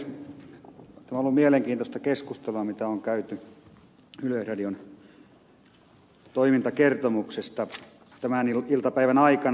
tämä on ollut mielenkiintoista keskustelua jota on käyty yleisradion toimintakertomuksesta tämän iltapäivän aikana